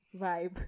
Vibe